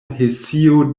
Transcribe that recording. hesio